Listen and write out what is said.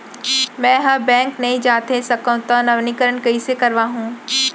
मैं ह बैंक नई जाथे सकंव त नवीनीकरण कइसे करवाहू?